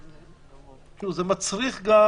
זה מצריך גם